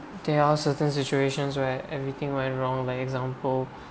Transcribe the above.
there are certain situations where everything went wrong like example